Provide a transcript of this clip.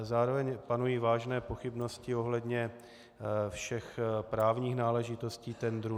Zároveň panují vážné pochybnosti ohledně všech právních náležitostí tendru.